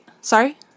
Sorry